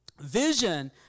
vision